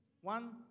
One